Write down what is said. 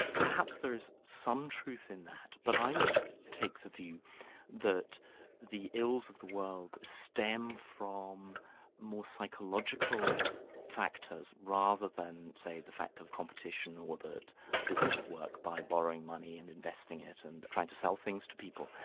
perhaps there is some truth in that, but i take the view that the ills of the world stem from more psychological factors rather than, say, the fact of competition or that businesses work by borrowing money and investing it and trying to sell things for people.